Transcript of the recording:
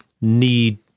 need